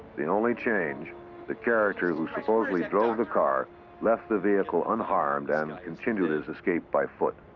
the only change the character who supposedly drove the car left the vehicle unharmed and continued his escape by foot.